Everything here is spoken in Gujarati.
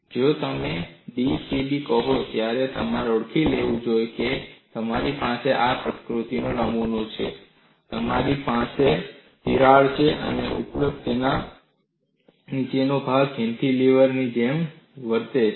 જે ક્ષણે તમે d c b કહો છો ત્યારે તમારે ઓળખી લેવું જોઈએ કે તમારી પાસે આ પ્રકૃતિનો નમૂનો છે તમારી પાસે તિરાડ છે અને ઉપર અને નીચેનો ભાગ કેન્ટીલિવરની જેમ વર્તે છે